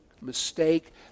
mistake